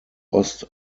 ost